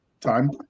time